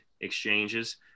exchanges